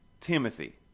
Timothy